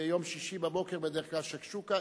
ביום שישי בבוקר בדרך כלל שקשוקה.